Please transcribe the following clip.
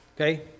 okay